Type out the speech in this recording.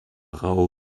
rau